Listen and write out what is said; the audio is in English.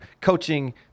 coaching